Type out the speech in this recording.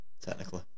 technically